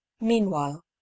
meanwhile